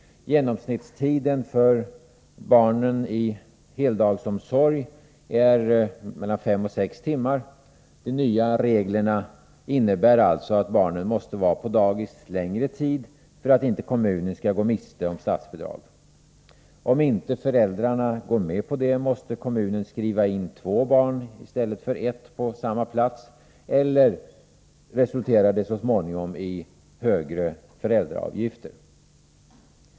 Genomsnittstiden för barn i heldagsomsorg är fem till sex timmar. De nya reglerna innebär alltså att barnen måste vara på dagis längre tid för att kommunen inte skall gå miste om statsbidrag. Om inte föräldrarna går med på detta måste kommunen skriva in två barn i stället för ett på samma plats, annars blir resultatet högre avgifter så småningom.